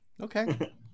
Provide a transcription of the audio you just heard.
Okay